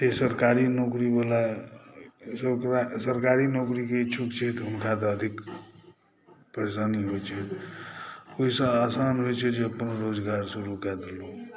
फेर सरकारी नौकरीवला जे सरकारी नौकरीके इच्छुक छथि हुनका तऽ अधिक परेशानी होइत छै ओहिसँ आसान होइत छै जे कोनो रोजगार शुरू कए देलहुँ